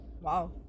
Wow